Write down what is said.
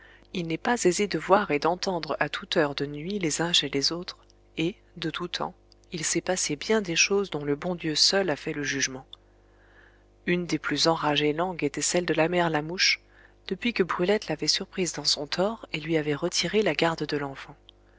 il n'est pas aisé de voir et d'entendre à toute heure de nuit les uns chez les autres et de tout temps il s'est passé bien des choses dont le bon dieu seul a fait le jugement une des plus enragées langues était celle de la mère lamouche depuis que brulette l'avait surprise dans son tort et lui avait retiré la garde de l'enfant